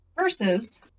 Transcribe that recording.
Versus